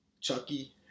Chucky